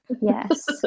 yes